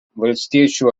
valstiečių